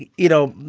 you you know,